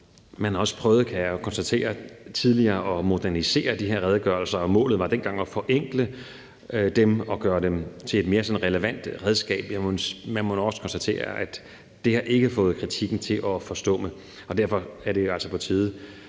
Man har også prøvet tidligere, kan jeg konstatere, at modernisere de her redegørelser, og målet var dengang at forenkle dem og gøre dem til et mere sådan relevant redskab. Man må også konstatere, at det ikke har fået kritikken til at forstumme, og derfor er det altså på tide